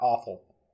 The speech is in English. awful